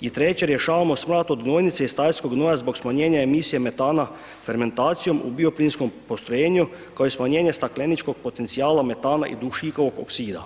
I treće, rješavamo smrad od gnojnice i stajskog gnoja zbog smanjenja emisija metana fermentacijom u bioplinskom postrojenju kao i smanjenje stakleničkog potencijala metana i dušikovog oksida